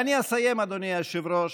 ואני אסיים, אדוני היושב-ראש,